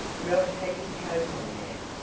ralph had his coat on now.